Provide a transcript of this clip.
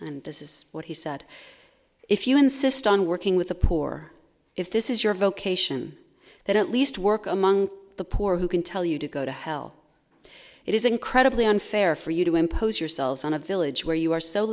and this is what he said if you insist on working with the poor if this is your vocation that at least work among the poor who can tell you to go to hell it is incredibly unfair for you to impose yourselves on a village where you are so